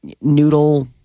noodle